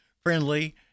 friendly